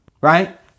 right